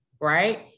right